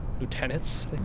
lieutenants